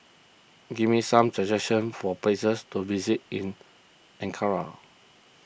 give me some suggestions for places to visit in Ankara